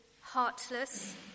heartless